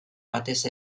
batez